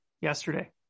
yesterday